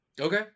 Okay